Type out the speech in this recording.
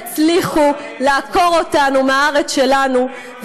לא תצליחו לעקור אותנו מהארץ שלנו,